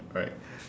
alright